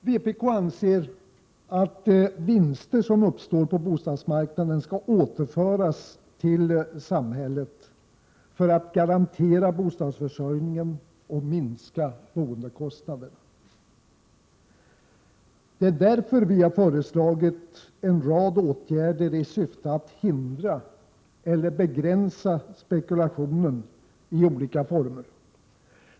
Vpk anser att vinster som uppstår på bostadsmarknaden skall återföras till samhället för att garantera bostadsförsörjningen och minska boendekostnaderna. Det är därför vi föreslagit en rad åtgärder i syfte att hindra eller begränsa spekulationen i olika former.